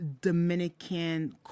Dominican